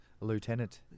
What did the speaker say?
lieutenant